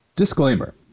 Disclaimer